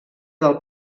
del